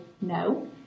no